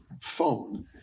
phone